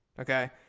Okay